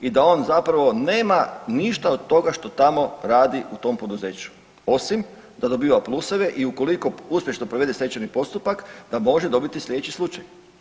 I da on zapravo nema ništa od toga što tamo radi u tom poduzeću osim da dobiva pluseve i ukoliko uspješno provede stečajni postupak da može dobiti slijedeći slučaj.